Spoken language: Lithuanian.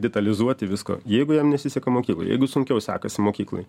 detalizuoti visko jeigu jam nesiseka mokykloj jeigu sunkiau sekasi mokykloj